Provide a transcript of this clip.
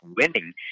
winning